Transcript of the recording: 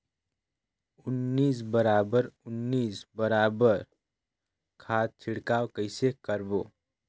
उन्नीस बराबर उन्नीस बराबर उन्नीस खाद छिड़काव कइसे करबो?